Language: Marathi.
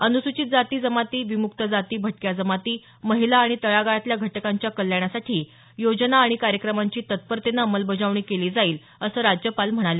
अनुसूचित जाती जमाती विमुक्त जाती भटक्या जमाती महिला आणि तळागाळातल्या घटकांच्या कल्याणासाठी योजना आणि कार्यक्रमांची तत्परतेनं अंमलबजावणी केली जाईल असं राज्यपाल म्हणाले